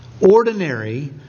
ordinary